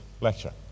lecture